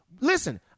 Listen